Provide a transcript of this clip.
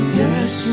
yes